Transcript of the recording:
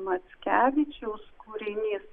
mackevičiaus kūrinys